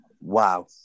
wow